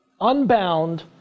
unbound